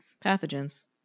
pathogens